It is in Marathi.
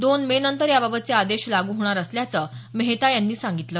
दोन मे नंतर याबाबतचे आदेश लागू होणार असल्याचं मेहता यांनी सांगितलं